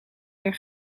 meer